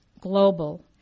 global